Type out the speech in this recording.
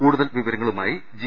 കൂടുതൽ വിവരങ്ങളുമായി ജി